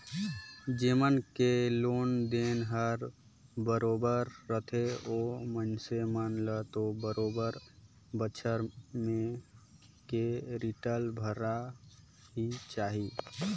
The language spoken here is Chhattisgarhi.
जेमन के लोन देन हर बरोबर रथे ओ मइनसे मन ल तो बरोबर बच्छर में के रिटर्न भरना ही चाही